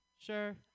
sure